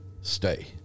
stay